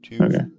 okay